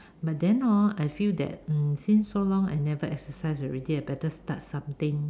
but then hor I feel that mm since so long I never exercise already I better start something